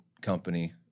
company